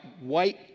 white